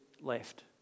left